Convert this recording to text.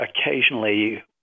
occasionally